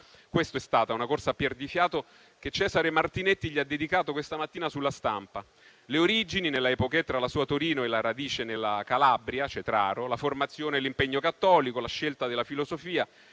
questo è stata, una corsa a perdifiato - che Cesare Martinetti gli ha dedicato questa mattina su «La Stampa». Le origini, nella *epochè* tra la sua Torino e la radice nella Calabria (a Cetraro), la formazione e l'impegno cattolico, la scelta della filosofia,